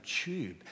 tube